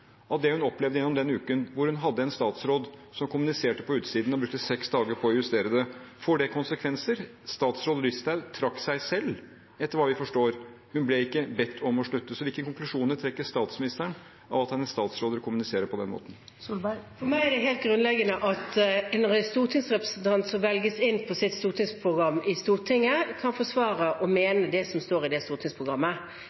av det hun opplevde gjennom den uken, hvor hun hadde en statsråd som kommuniserte på utsiden og brukte seks dager på å justere det. Får det konsekvenser? Statsråd Listhaug trakk seg selv, etter hva vi forstår, hun ble ikke bedt om å slutte. Så hvilke konklusjoner trekker statsministeren av at hennes statsråder kommuniserer på den måten? For meg er det helt grunnleggende at en stortingsrepresentant som velges inn på sitt stortingsprogram, i Stortinget kan forsvare og